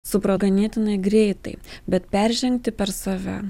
supra ganėtinai greitai bet peržengti per save